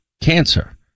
cancer